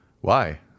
Why